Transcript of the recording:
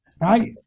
right